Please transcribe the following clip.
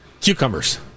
Cucumbers